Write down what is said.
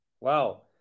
Wow